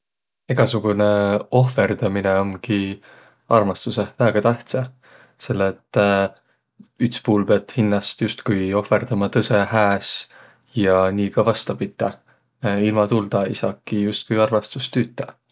Egäsugunõ ohvõrdaminõ omgi armastusõh väega tähtsä, selle et üts puul piät hinnäst justkui ohvõrdama tõsõ hääs ja nii ka vastapite. Ilma tuuta ei saaki justkui armastus tüütäq.